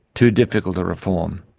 too difficult to reform,